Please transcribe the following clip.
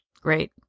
Great